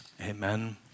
Amen